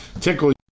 tickle